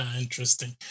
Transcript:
Interesting